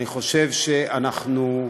אני חושב שאנחנו,